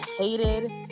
hated